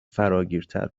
فراگیرتر